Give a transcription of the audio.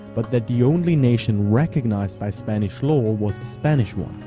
but that the only nation recognised by spanish law was the spanish one.